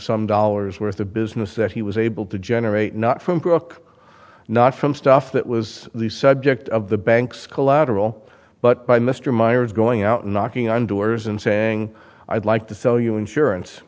some dollars worth of business that he was able to generate not from crook not from stuff that was the subject of the bank's collateral but by mr meyers going out knocking on doors and saying i'd like to sell you